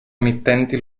emittenti